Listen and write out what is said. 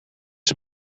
een